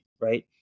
right